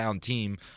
Team